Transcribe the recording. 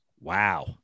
wow